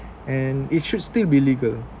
and it should still be legal